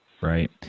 Right